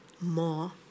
more